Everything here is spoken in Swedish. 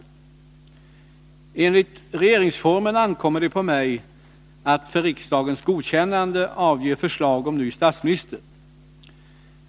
Enligt regeringsformen ankommer det på mig att för riksdagens godkännande avgiva förslag om ny statsminister.